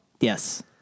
yes